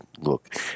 look